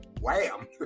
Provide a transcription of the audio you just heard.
wham